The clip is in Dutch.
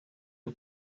een